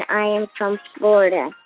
i am from florida.